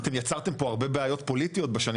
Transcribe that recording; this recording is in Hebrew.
אתם יצרתם פה הרבה בעיות פוליטיות בשנים